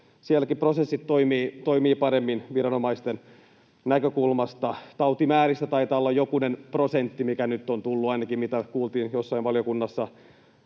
sielläkin prosessit toimivat paremmin viranomaisten näkökulmasta. Tautimäärissä taitaa olla jokunen prosentti, mikä nyt on tullut rajojen yli — ainakin mitä kuultiin jossain valiokunnassa